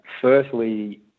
firstly